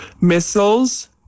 missiles